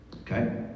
Okay